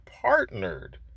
partnered